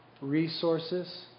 resources